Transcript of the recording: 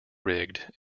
rigged